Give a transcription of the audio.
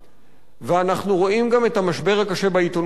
ואנחנו רואים גם את המשבר הקשה בעיתונות האלקטרונית.